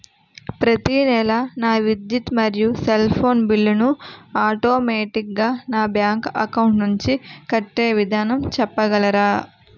ప్రతి నెల నా విద్యుత్ మరియు సెల్ ఫోన్ బిల్లు ను ఆటోమేటిక్ గా నా బ్యాంక్ అకౌంట్ నుంచి కట్టే విధానం చెప్పగలరా?